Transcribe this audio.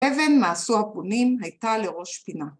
‫אבן מעשו הפונים הייתה לראש פינה.